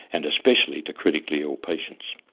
and especially to critically-ill patients.